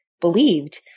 believed